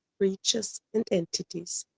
creatures and entities.